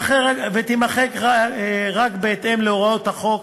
ותימחק רק בהתאם להוראות החוק,